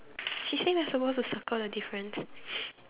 she say we are supposed to circle the difference